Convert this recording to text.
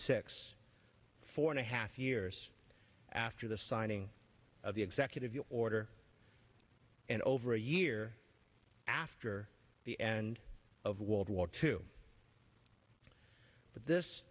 six four and a half years after the signing of the executive order and over a year after the end of world war two but this